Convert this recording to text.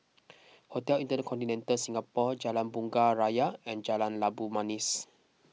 Hotel Intercontinental Singapore Jalan Bunga Raya and Jalan Labu Manis